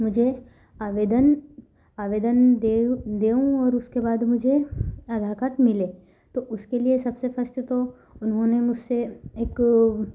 मुझे आवेदन आवेदन दे देंऊँ और उसके बाद मुझे आधार कार्ड मिले तो उसके लिए सबसे फर्स्ट तो उन्होंने मुझसे एक